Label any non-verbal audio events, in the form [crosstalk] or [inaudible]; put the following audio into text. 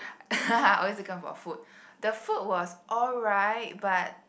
[laughs] always to come for food the food was alright but